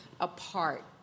apart